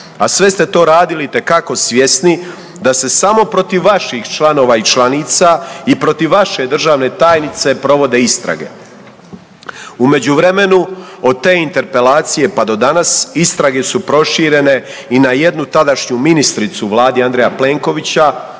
a sve ste to radili itekako svjesni da se samo protiv vaših članova i članica i protiv vaše državne tajnice provode istrage. U međuvremenu od te interpelacije pa do danas, istrage su proširene i na jednu tadašnju ministricu u vladi Andreja Plenkovića,